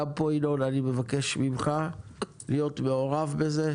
גם פה ינון אני מבקש ממך להיות מעורב בזה,